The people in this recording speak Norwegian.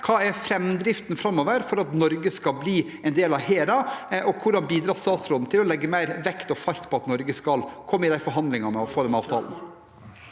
Hva er framdriften framover for at Norge skal bli en del av HERA, og hvordan bidrar statsråden til å legge mer vekt og fart på at Norge skal komme med i de forhandlingene og få en avtale?